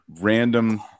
random –